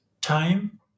time